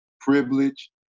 privilege